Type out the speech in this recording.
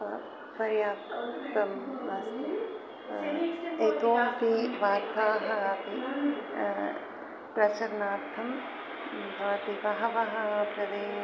प पर्याप्तं तं नास्ति इतोपि वार्ताः अपि प्रसन्नार्थं भवन्ति बहवः तदेव